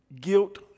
guilt